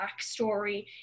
backstory